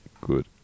good